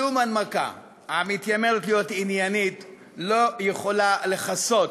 שום הנמקה המתיימרת להיות עניינית לא יכולה לכסות